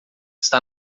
está